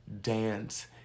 dance